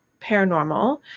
paranormal